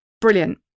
brilliant